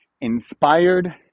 inspired